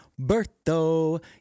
Bertho